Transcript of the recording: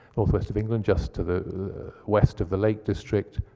northwest of england just to the west of the lake district,